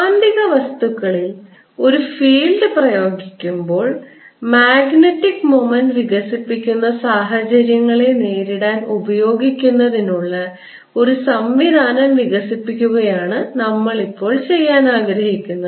കാന്തിക വസ്തുക്കളിൽ ഒരു ഫീൽഡ് പ്രയോഗിക്കുമ്പോൾ മാഗ്നറ്റിക് മൊമെന്റ് വികസിപ്പിക്കുന്ന സാഹചര്യങ്ങളെ നേരിടാൻ ഉപയോഗിക്കുന്നതിനുള്ള ഒരു സംവിധാനം വികസിപ്പിക്കുകയാണ് നമ്മൾ ഇപ്പോൾ ചെയ്യാൻ ആഗ്രഹിക്കുന്നത്